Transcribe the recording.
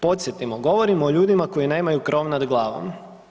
Podsjetimo govorimo o ljudima koji nemaju krov nad glavom.